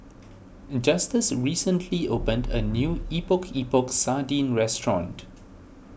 Justus recently opened a new Epok Epok Sardin restaurant